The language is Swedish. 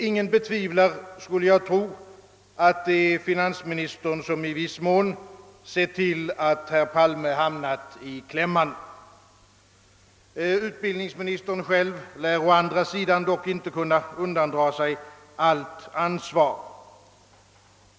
Jag skulle tro, att ingen betvivlar att det är finansministern som i viss mån har sett till att herr Palme råkat i klämma. Utbildningsministern själv lär dock å andra sidan inte kunna undandra sig allt ansvar.